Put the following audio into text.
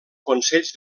consells